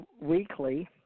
Weekly